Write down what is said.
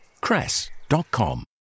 cress.com